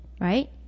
right